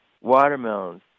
watermelons